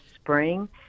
spring